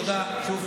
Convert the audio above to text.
שוב,